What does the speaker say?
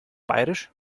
bairisch